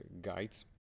guides